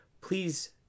please